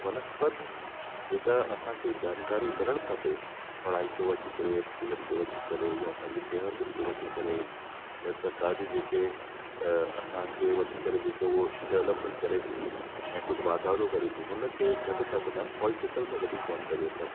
बनस्पति जेका असांखे जानकारी मिलणु खपे पढ़ाई खे वठी करे स्कूलनि खे वठी करे या असांखे या असांजी सिहतनि खे वठी करे या सरकारु जा जेके अ असांखे वठी करे जेके उहे डेवलपमेंट करे थी या कुझु वाधारो करे थी उनखे घटि था ॿुधनि पॉलिटिकल में वधीक जानकारी ॾियण था